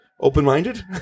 Open-minded